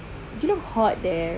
you look hot there